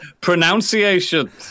pronunciation